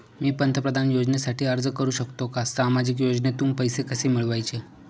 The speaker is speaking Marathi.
मी पंतप्रधान योजनेसाठी अर्ज करु शकतो का? सामाजिक योजनेतून पैसे कसे मिळवायचे